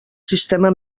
sistema